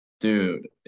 Dude